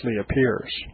appears